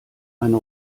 eine